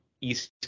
East